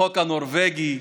החוק הנורווגי,